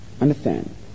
Understand